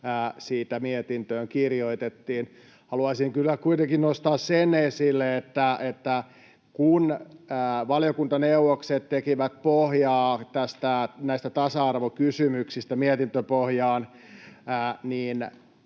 siitä mietintöön kirjoitettiin. Haluaisin kyllä kuitenkin nostaa esille sen, että kun valiokuntaneuvokset tekivät pohjaa näistä tasa-arvokysymyksistä mietintöpohjaan,